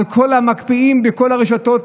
על כל המקפיאים בכל הרשתות?